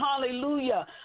hallelujah